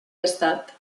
estat